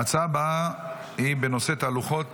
ההצעה הבאה היא הצעה דחופה לסדר-היום,